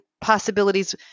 possibilities